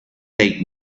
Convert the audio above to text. take